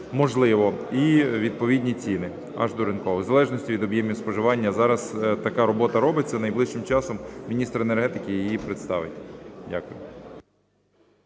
можливо, і відповідні ціни, аж до ринкових, в залежності від об'ємів споживання. Зараз така робота робиться, найближчим часом міністр енергетики її представить. Дякую.